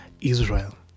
Israel